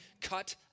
Cut